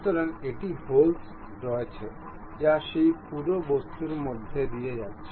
সুতরাং একটি হোলস রয়েছে যা সেই পুরো বস্তুর মধ্য দিয়ে যাচ্ছে